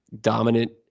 dominant